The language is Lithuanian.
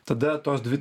tada tos dvi